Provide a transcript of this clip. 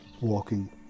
Walking